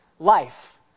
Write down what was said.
life